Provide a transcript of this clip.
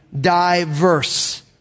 diverse